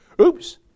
Oops